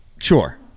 Sure